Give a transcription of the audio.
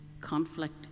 conflict